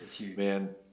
man